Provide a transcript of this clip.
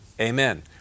amen